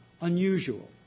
unusual